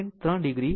3 o હશે